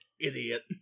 idiot